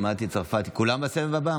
כולם בסבב הבא?